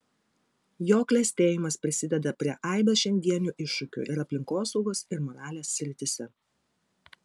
jo klestėjimas prisideda prie aibės šiandienių iššūkių ir aplinkosaugos ir moralės srityse